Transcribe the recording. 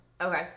okay